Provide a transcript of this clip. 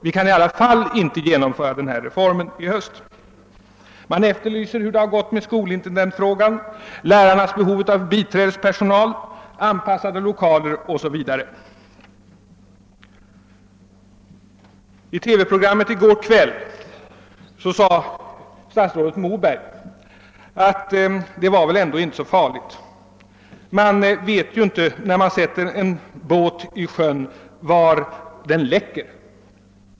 Vi kan i alla fall inte genomföra denna reform i höst.> Man efterlyser hur det har gått med frågan om skolintendenter, om lärarnas be I ett TV-program i går kväll sade statsrådet Moberg att det väl ändå inte var så farligt; man vet ju inte, när man sätter en båt i sjön, var den läcker.